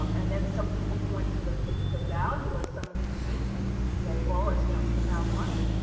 and then some people point to the the value of some of these paintings and say, well it's just about money,